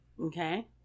Okay